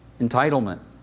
Entitlement